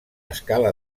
escala